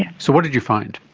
yeah so what did you find?